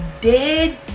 dead